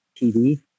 TV